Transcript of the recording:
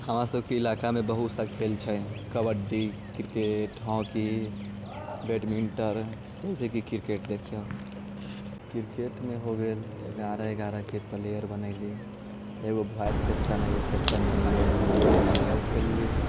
हमरासभके इलाकामे बहुत सारा खेल छै कबड्डी क्रिकेट हॉकी बैडमिंटन जैसेकि क्रिकेट देखियौ क्रिकेटमे हो गेल एगारह एगारहके प्लेयर बनयली एगो वाइस कैप्टन एगो कैप्टन रखली आओर खेलली